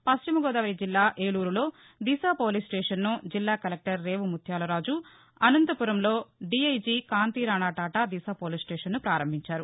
పశ్చిమగోదావరి జిల్లా ఏలూరులో దిశా పోలీస్స్టేషన్ను జిల్లా కలెక్టర్ రేవు ముత్యాలరాజు అనంతపురంలో డిఐజీ కాంతీరాణా తాటా దిశా పోలీస్స్టేషన్ను పారంభించారు